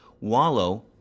Wallow